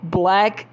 black